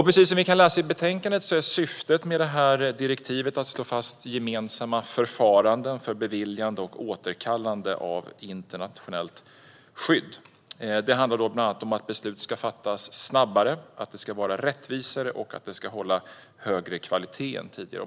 Precis som vi kan läsa i betänkandet är syftet med det här direktivet att slå fast gemensamma förfaranden för beviljande och återkallande av internationellt skydd. Det handlar bland annat om att beslut ska fattas snabbare, vara mer rättvisa och hålla högre kvalitet än tidigare.